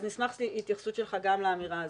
אז נשמח להתייחסות שלך גם לאמירה הזאת.